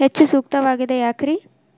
ಹೆಚ್ಚು ಸೂಕ್ತವಾಗಿದೆ ಯಾಕ್ರಿ?